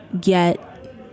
get